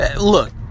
look